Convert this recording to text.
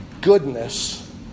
goodness